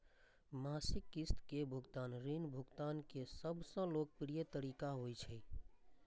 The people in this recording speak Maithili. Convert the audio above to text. मासिक किस्त के भुगतान ऋण भुगतान के सबसं लोकप्रिय तरीका होइ छै